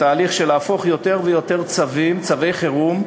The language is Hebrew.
בתהליך של להפוך יותר ויותר צווים, צווי חירום,